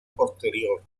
posterior